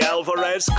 Alvarez